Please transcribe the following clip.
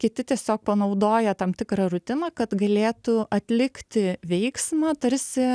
kiti tiesiog panaudoja tam tikrą rutiną kad galėtų atlikti veiksmą tarsi